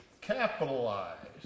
capitalized